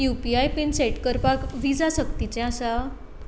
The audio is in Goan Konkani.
you P I PIN set करपाक व्हिजा सक्तीचें आसा